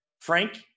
Frank